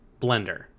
blender